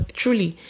truly